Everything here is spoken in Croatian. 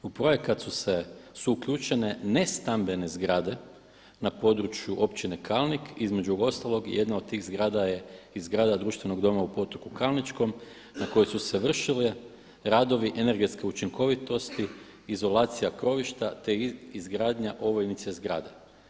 U projekat su uključene ne stambene zgrade na području Općine Kalnik između ostalog jedna od tih zgrada je i zgrada Društvenog doma u Potoku Kalničkom na kojem su se vršile radovi energetske učinkovitosti, izolacija krovišta, te izgradnja ovojnice zgrade.